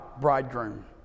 bridegroom